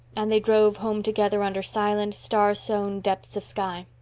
and they drove home together under silent, star-sown depths of sky.